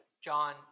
John